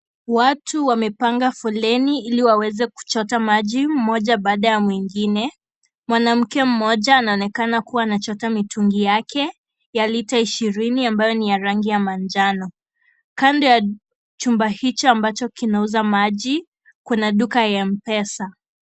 Watu wamepanga foleni ili waweze kuchota maji mmoja baada ya mwingine. Mwanamke mmoja anaonekana akiwa anachota mitungi yake ya lita ishirini ambayo ni ya rangi ya manjano. Kando ya chumba hicho ambacho kinauza maji kuna duka ya M-pesa.